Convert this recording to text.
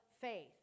faith